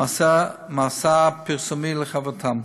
מסע פרסום לחברתם,